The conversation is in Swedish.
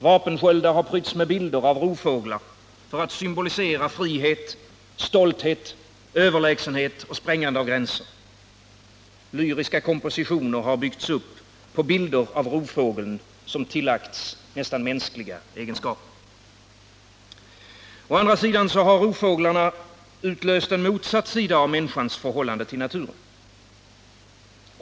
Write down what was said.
Vapensköldar har prytts med bilder av rovfåglar för att symbolisera frihet, stolthet, överlägsenhet och sprängande av gränser. Lyriska kompositioner har byggts upp på bilder av rovfågeln, som tillagts nästan mänskliga egenskaper. Å andra sidan har rovfåglarna utlöst en motsatt sida av människans förhållande till naturen.